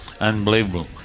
unbelievable